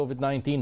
COVID-19